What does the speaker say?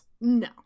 no